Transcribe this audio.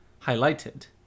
Highlighted